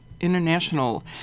International